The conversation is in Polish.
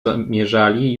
zamierzali